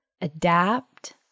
adapt